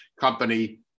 company